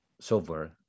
software